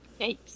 Yikes